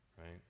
right